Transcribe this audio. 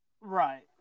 Right